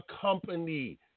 company